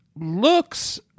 looks